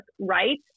right